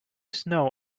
snow